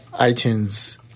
iTunes